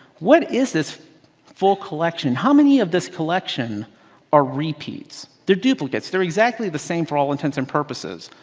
what is this full collection. how many of this collection are repeats. they're duplicates. they're exactly the same for all intents and purposes.